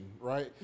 right